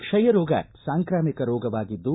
ಕ್ಷಯ ರೋಗ ಸಾಂಕ್ರಾಮಿಕ ರೋಗವಾಗಿದ್ದು